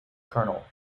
colonel